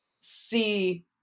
see